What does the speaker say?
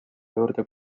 juurde